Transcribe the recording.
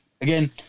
Again